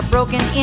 broken